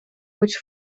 which